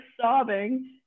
sobbing